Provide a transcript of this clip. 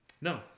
no